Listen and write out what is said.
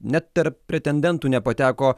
net tarp pretendentų nepateko